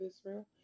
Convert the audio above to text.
Israel